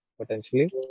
potentially